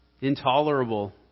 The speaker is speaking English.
intolerable